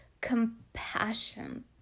compassion